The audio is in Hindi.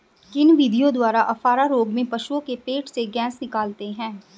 किन विधियों द्वारा अफारा रोग में पशुओं के पेट से गैस निकालते हैं?